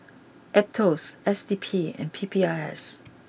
Aetos S D P and P P I S